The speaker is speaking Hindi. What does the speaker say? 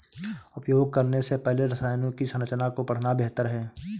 उपयोग करने से पहले रसायनों की संरचना को पढ़ना बेहतर है